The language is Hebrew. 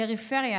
// פריפריה,